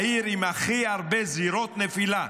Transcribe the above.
העיר עם הכי הרבה זירות נפילה,